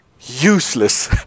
useless